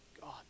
God